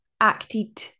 acted